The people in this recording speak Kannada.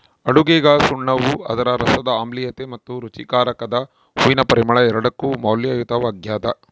ಅಡುಗೆಗಸುಣ್ಣವು ಅದರ ರಸದ ಆಮ್ಲೀಯತೆ ಮತ್ತು ರುಚಿಕಾರಕದ ಹೂವಿನ ಪರಿಮಳ ಎರಡಕ್ಕೂ ಮೌಲ್ಯಯುತವಾಗ್ಯದ